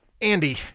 andy